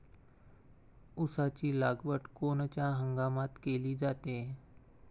ऊसाची लागवड कोनच्या हंगामात केली जाते?